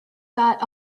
got